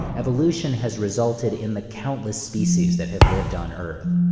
evolution has resulted in the countless species that have lived on earth.